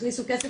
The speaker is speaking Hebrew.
הכניסו כסף